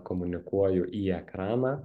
komunikuoju į ekraną